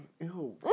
Ew